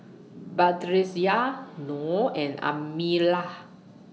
Batrisya Nor and Amirah